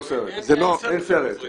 אין סרט.